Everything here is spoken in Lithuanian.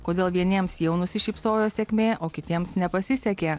kodėl vieniems jau nusišypsojo sėkmė o kitiems nepasisekė